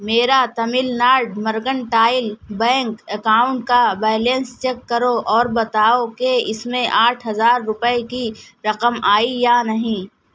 میرا Tamilnad Mercantile Bank account کا balance check کرو اور بتاؤ کہ اس میں آٹھ ہزار روپے کی رقم آئی یا نہیں